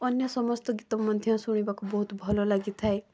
ଅନ୍ୟ ସମସ୍ତ ଗୀତ ମଧ୍ୟ ଶୁଣିବାକୁ ବହୁତ ଭଲ ଲାଗିଥାଏ